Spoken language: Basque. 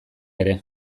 ere